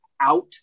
out